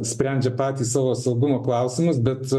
sprendžia patys savo saugumo klausimus bet